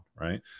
Right